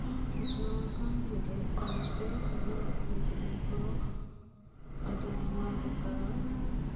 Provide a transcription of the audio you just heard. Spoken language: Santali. ᱩᱛᱷᱱᱟᱹᱣ ᱟᱠᱟᱱ ᱡᱮᱜᱮᱫ ᱵᱟᱨᱮᱛᱮ ᱤᱧᱟᱜ ᱫᱤᱥᱦᱩᱫᱤᱥ ᱫᱚ ᱟᱹᱰᱤ ᱟᱭᱢᱟᱞᱮᱠᱟ